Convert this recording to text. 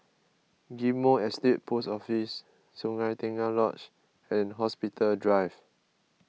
Ghim Moh Estate Post Office Sungei Tengah Lodge and Hospital Drive